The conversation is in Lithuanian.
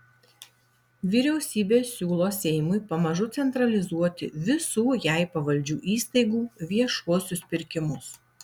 vyriausybė siūlo seimui pamažu centralizuoti visų jai pavaldžių įstaigų viešuosius pirkimus